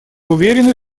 уверены